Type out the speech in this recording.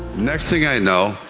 next thing i know,